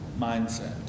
mindset